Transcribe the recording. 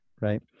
right